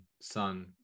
Son